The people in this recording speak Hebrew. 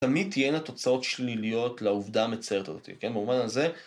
תמיד תהיינה תוצאות שליליות לעובדה המצערת הזאתי, כן, במובן הזה.